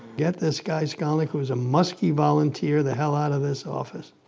get this guy skolnik who's a muskie volunteer the hell out of this office.